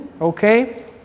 okay